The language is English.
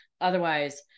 otherwise